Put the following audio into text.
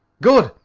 good!